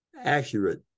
accurate